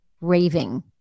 raving